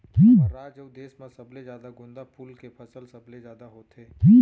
हमर राज अउ देस म सबले जादा गोंदा फूल के फसल सबले जादा होथे